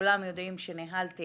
כולם יודעים שניהלתי